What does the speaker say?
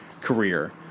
career